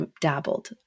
dabbled